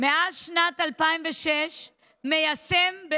מאז שנת 2006 בצה"ל